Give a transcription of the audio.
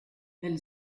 elle